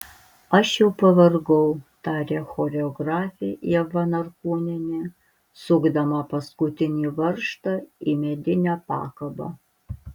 aš jau pavargau tarė choreografė ieva norkūnienė sukdama paskutinį varžtą į medinę pakabą